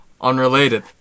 unrelated